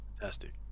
Fantastic